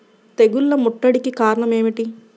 తెగుళ్ల ముట్టడికి కారణం ఏమిటి?